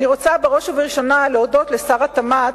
אני רוצה בראש ובראשונה להודות לשר התמ"ת,